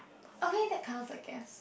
okay that counts I guess